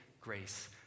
grace